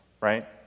right